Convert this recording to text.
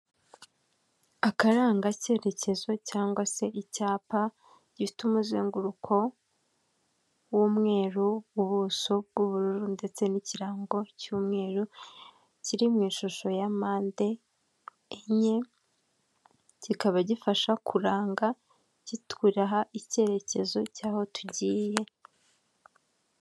Akaranga cyeyerekezo cyangwa se icyapa gifite umuzenguruko w'umweru, ubuso bw'ubururu ndetse n'ikirango cy'umweru, kiri mu ishusho ya mande enye kikaba gifasha kuranga kiduha icyerekezo cy'aho tugiye.